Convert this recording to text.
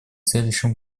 следующем